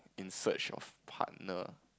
in search of partner